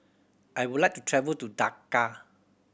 I would like to travel to Dakar